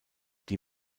die